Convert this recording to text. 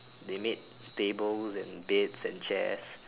they made tables and beds and chairs